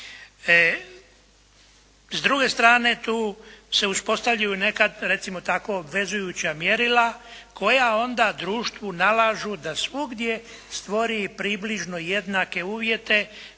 S druge strane tu se uspostavljaju neka recimo tako vezujuća mjerila koja onda društvu nalažu da svugdje stvori približno jednake uvjete